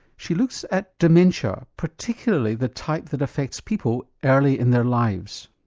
she looks at dementia, particularly the type that affects people early in their lives.